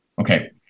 okay